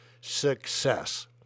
success